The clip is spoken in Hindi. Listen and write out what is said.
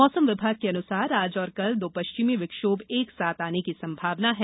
मौसम विभाग के अनुसार आज और कल दो पश्चिमी विक्षोभ एक साथ आने की संभावना है